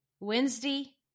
Wednesday